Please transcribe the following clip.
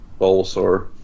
Bulbasaur